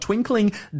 Twinkling